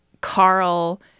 Carl